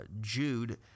Jude